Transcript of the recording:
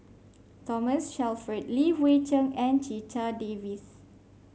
Thomas Shelford Li Hui Cheng and Checha Davies